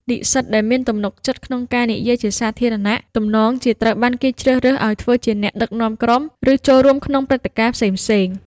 និស្សិតដែលមានទំនុកចិត្តក្នុងការនិយាយជាសាធារណៈ ទំនងជាត្រូវបានគេជ្រើសរើសឱ្យធ្វើជាអ្នកដឹកនាំក្រុម ឬចូលរួមក្នុងព្រឹត្តិការណ៍ផ្សេងៗ។